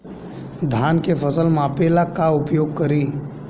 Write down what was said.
धान के फ़सल मापे ला का उपयोग करी?